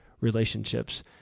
relationships